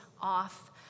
off